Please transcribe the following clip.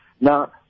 Now